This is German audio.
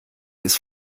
ist